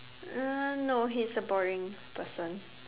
uh no he's a boring person